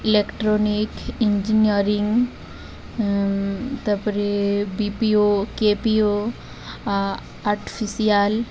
electronic engineering ତା'ପରେ BPO KPO ah artificial